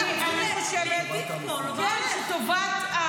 גם אצל פוגל היא הייתה,